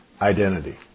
identity